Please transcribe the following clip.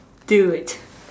do it